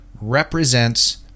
represents